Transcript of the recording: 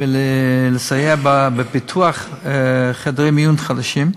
ולסייע בפיתוח חדרי מיון חדשים,